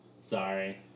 sorry